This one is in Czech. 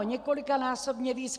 Několikanásobně víc.